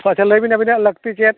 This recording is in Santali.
ᱛᱟᱦᱚᱞᱮ ᱞᱟᱹᱭ ᱵᱤᱱ ᱟᱹᱵᱤᱱᱟᱜ ᱞᱟᱹᱠᱛᱤ ᱪᱮᱫ